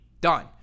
done